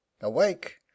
Awake